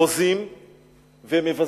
חוזים ומבזים.